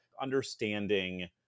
understanding